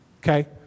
Okay